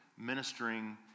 ministering